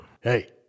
hey